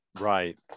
Right